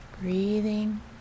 Breathing